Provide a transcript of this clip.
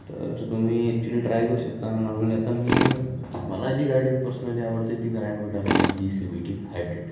तर तुम्ही actually try करू शकता नॉर्मली आता मी मला जी गाडी पर्सनली आवडते ती ग्रँड व्हिटार आहे E C V T hybrid